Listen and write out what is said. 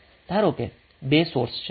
ધારો કે 2 સોર્સ છે